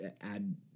add